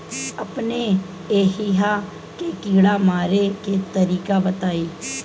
अपने एहिहा के कीड़ा मारे के तरीका बताई?